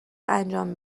انجام